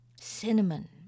Cinnamon